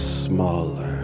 smaller